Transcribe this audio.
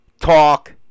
talk